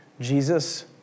Jesus